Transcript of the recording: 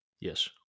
Yes